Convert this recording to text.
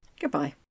goodbye